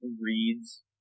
reads